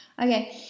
Okay